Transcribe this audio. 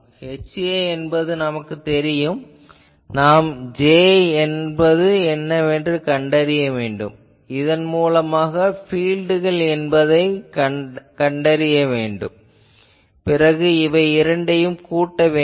Ha என்பது நமக்குத் தெரியும் நாம் J என்னவென்று கண்டறிய வேண்டும் இதன் மூலமான பீல்ட்கள் என்ன எனக் கண்டறிய வேண்டும் பிறகு இவை இரண்டையும் கூட்ட வேண்டும்